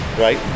right